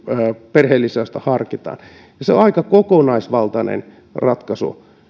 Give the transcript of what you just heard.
perheenlisäystä harkitaan se on aika kokonaisvaltainen ratkaisu